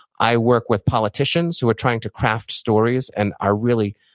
i work with politicians who are trying to craft stories and are really,